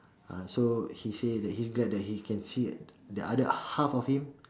ah so he say that he's glad that he can see the other half of him